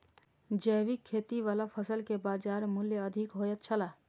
जैविक खेती वाला फसल के बाजार मूल्य अधिक होयत छला